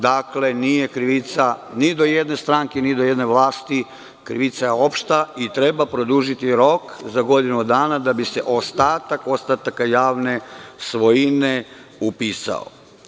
Dakle, nije krivica ni do jedne stranke, ni do jedne vlasti, krivica je opšta i treba produžiti rok za godinu dana da bi se ostatak ostataka javne svojine upisao.